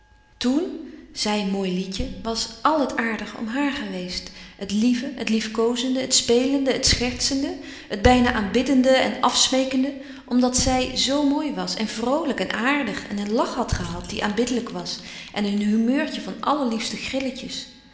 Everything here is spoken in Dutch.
toèn zij mooi lietje was àl het aardige om haar geweest het lieve het liefkoozende het spelende het schertsende het bijna aanbiddende en afsmeekende omdat zij zoo mooi was en vroolijk en aardig en een lach had gehad die aanbiddelijk was en een humeurtje van allerliefste grilletjes